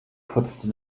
putzte